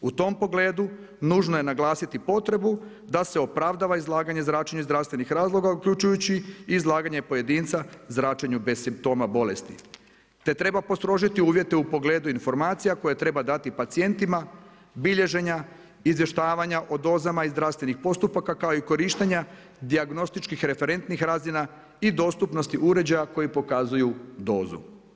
U tom pogledu nužno je naglasiti potrebu da se opravdava izlaganje zračenju iz zdravstvenih razloga uključujući i izlaganje pojedinca zračenju bez simptoma bolesti, te treba postrožiti uvjete u pogledu informacija koje treba dati pacijentima, bilježenja, izvještavanja o dozama i zdravstvenih postupaka kao i korištenja dijagnostičkih referentnih razina i dostupnosti uređaja koji pokazuju dozu.